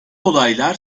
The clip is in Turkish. olaylar